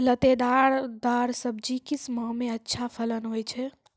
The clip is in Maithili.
लतेदार दार सब्जी किस माह मे अच्छा फलन होय छै?